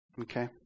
Okay